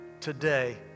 today